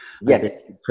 Yes